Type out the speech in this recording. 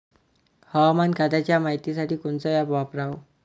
हवामान खात्याच्या मायतीसाठी कोनचं ॲप वापराव?